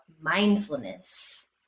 mindfulness